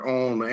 on